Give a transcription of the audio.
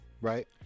Right